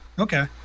okay